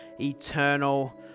eternal